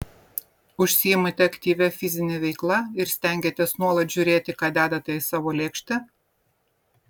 užsiimate aktyvia fizine veikla ir stengiatės nuolat žiūrėti ką dedate į savo lėkštę